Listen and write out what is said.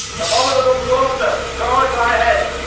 abhominable gloster, guard thy head,